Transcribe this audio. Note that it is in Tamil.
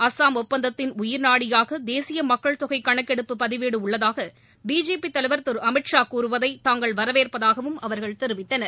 அசாம் ஒப்பந்தத்தின் உயிர் நாடியாக தேசிய மக்கள் தொகை கணக்கெடுப்பு பதிவேடு உள்ளதாக பிஜேபி தலைவர் திரு அமித் ஷா கூறுவதை தாங்கள் வரவேற்பதாகவும் அவர்கள் தெரிவித்தனர்